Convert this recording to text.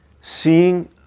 seeing